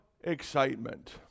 excitement